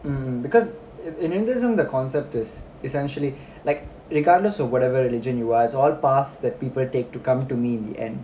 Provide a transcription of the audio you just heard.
mm because i~ in hinduism the concept is essentially like regardless of whatever religion you are it's all past that people take to come to me in the end